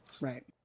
Right